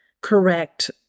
correct